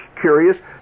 curious